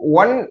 one